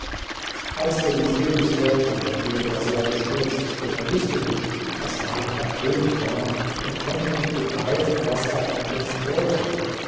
als der vezier dies hörte wurde er sehr bestürzt denn er wußte nicht daß ward beim könig war und konnte nicht begreifen was er vom prinzen wollte